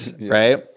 Right